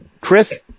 Chris